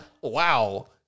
Wow